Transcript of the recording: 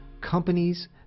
companies